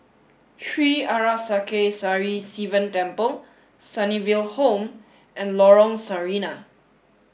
Sri Arasakesari Sivan Temple Sunnyville Home and Lorong Sarina